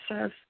says